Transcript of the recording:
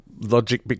logic